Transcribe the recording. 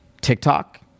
TikTok